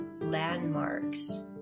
landmarks